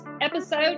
episode